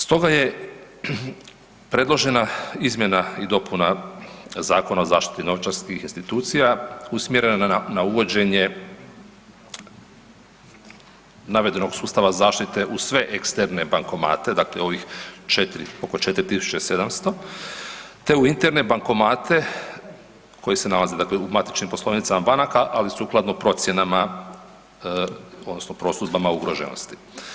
Stoga je predložena izmjena i dopuna Zakona o zaštiti novčarskih institucija usmjerena na uvođenje navedenih sustava zaštite u sve eksterne bankomate, dakle ovih oko 4700 te u interne bankomate koji nalaze dakle u matičnim poslovnicama bankama ali sukladno procjenama odnosno prosudbama ugroženosti.